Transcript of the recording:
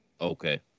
Okay